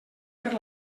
per